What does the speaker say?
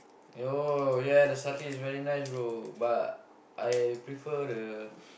you know yeah the satay is very nice bro but I prefer the